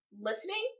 listening